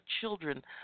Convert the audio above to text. children